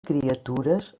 criatures